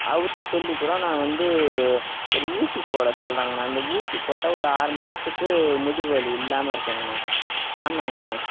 அவர்ட்ட சொல்லிக் கூட நான் வந்து ஒரு ஊசி போட சொல்றேங்கண்ணா அந்த ஊசி போட்டால் ஒரு ஆறு மாதத்துக்கு முதுகு வலி இல்லாமல் இருக்குங்கண்ணா ஆமாங்கண்ணா